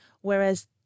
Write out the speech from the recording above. whereas